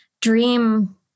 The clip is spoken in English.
dream